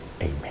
Amen